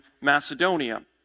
Macedonia